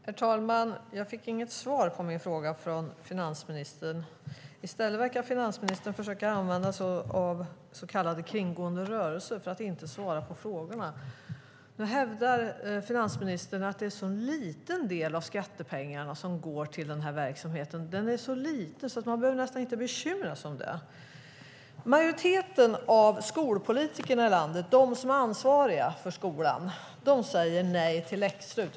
Herr talman! Jag fick inget svar från finansministern på min fråga. I stället verkar finansministern försöka använda sig av så kallade kringgående rörelser för att inte svara på frågorna. Finansministern hävdar att det är en så liten del av skattepengarna som går till den här verksamheten. Den är så liten att man behöver nästan inte bekymra sig om den. Majoriteten av skolpolitikerna i landet, de som är ansvariga för skolan, säger nej till läx-RUT.